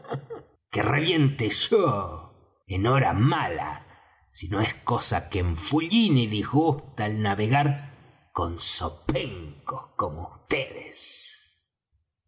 que reviente yo en hora mala si no es cosa que enfullina y disgusta el navegar con zopencos como